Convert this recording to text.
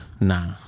Nah